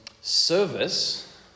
service